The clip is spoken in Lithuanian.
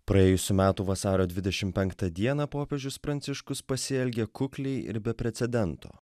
praėjusių metų vasario dvidešim penktą dieną popiežius pranciškus pasielgė kukliai ir be precedento